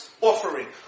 offering